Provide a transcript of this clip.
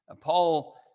Paul